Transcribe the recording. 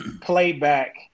playback